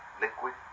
liquid